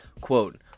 Quote